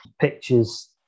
pictures